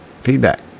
feedback